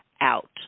out